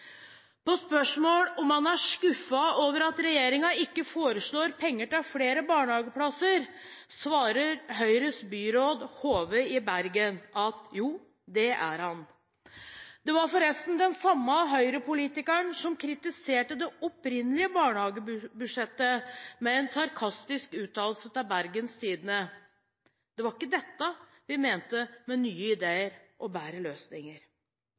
På spørsmål om man er skuffet over at regjeringen ikke foreslår penger til flere barnehageplasser, svarer Høyres byråd, Hove, i Bergen at jo, det er han. Det var forresten den samme Høyre-politikeren som kritiserte det opprinnelige barnehagebudsjettet med en sarkastisk uttalelse til Bergens Tidende. Det var ikke dette de mente med nye ideer og bedre løsninger.